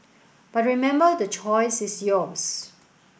but remember the choice is yours